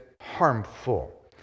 harmful